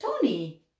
tony